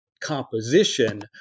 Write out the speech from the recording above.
composition